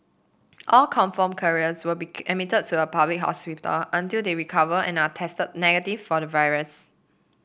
all confirmed carriers will be admitted to a public hospital until they recover and are tested negative for the virus